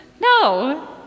No